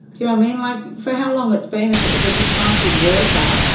yeah mean, like for how long it's been, if it was a disgruntled worker.